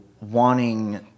wanting